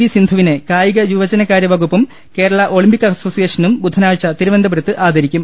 V Sindhu വിനെ കായിക യുവജനകാര്യ വകുപ്പും കേരള ഒളിംപിക് അസോസിയേഷനും ബുധനാഴ്ച തിരുവനന്തപുരത്ത് ആദരിക്കും